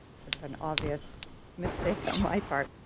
sort of an obvious mistake on my part!